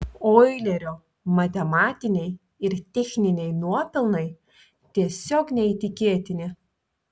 oilerio matematiniai ir techniniai nuopelnai tiesiog neįtikėtini